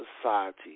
society